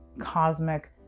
cosmic